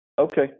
Okay